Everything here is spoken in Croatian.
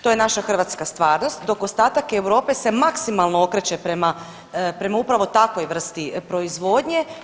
To je naša hrvatska stvarnost dok ostatak Europe se maksimalno okreće prema upravo takvoj vrsti proizvodnje.